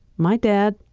my dad,